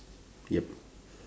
yup